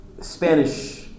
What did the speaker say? Spanish